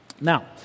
Now